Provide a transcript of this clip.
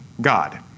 God